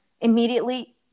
immediately